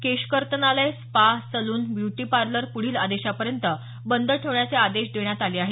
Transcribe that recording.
केश कर्तनालय spa salon beauty parlour पुढील आदेशापर्यंत बंद ठेवण्याचे आदेश देण्यात आले आहेत